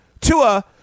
Tua